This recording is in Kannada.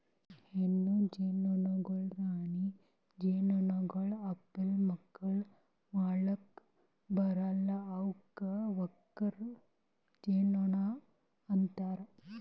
ಹೆಣ್ಣು ಜೇನುನೊಣಗೊಳ್ ರಾಣಿ ಜೇನುನೊಣಗೊಳ್ ಅಪ್ಲೆ ಮಕ್ಕುಲ್ ಮಾಡುಕ್ ಬರಲ್ಲಾ ಅವುಕ್ ವರ್ಕರ್ ಜೇನುನೊಣ ಅಂತಾರ